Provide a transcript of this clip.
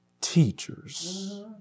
teachers